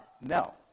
no